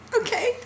Okay